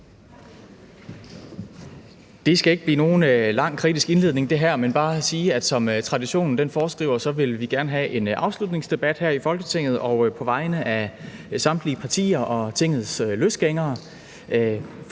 Det skal ikke blive nogen lang kritisk indledning. Jeg vil bare sige, at som traditionen foreskriver vil vi gerne have en afslutningsdebat her i Folketinget. Samtlige partier og Tingets løsgængere